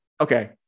okay